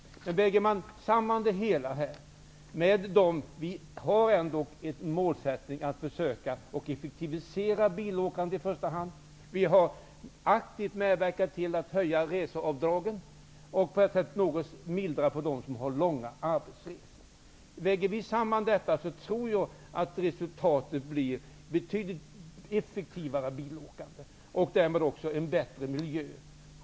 Vi har en målsättning att i första hand försöka effektivisera bilåkandet. Vi har aktivt medverkat till att höja reseavdragen för att något mildra effekterna för dem som har långa arbetsresor. Lägger man samman detta tror jag att resultatet blir ett mer effektivt bilåkande och en bättre miljö.